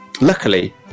luckily